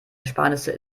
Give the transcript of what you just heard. ersparnisse